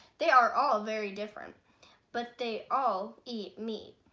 they are all very different but they all eat meat.